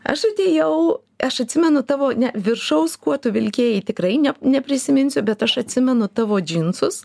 aš atėjau aš atsimenu tavo ne viršaus kuo tu vilkėjai tikrai ne neprisiminsiu bet aš atsimenu tavo džinsus